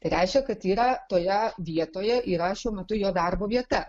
tai reiškia kad yra toje vietoje yra šiuo metu jo darbo vieta